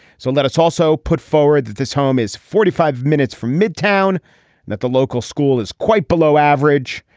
so let us also put forward that this home is forty five minutes from midtown that the local school is quite below average.